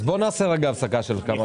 בואו נעשה הפסקה של כמה דקות.